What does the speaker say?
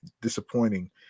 disappointing